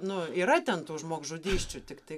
nu yra ten tų žmogžudysčių tiktai